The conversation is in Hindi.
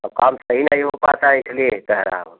और काम सही नहीं हो पाता है इसलिए कह रहा हूँ